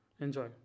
enjoy